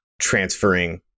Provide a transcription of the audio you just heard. transferring